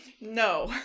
No